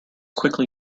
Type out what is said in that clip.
quickly